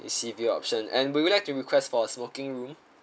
the sea view option and would you like to request for a smoking room